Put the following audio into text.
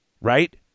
right